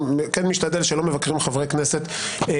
אני משתדל שלא מבקרים חברי כנסת על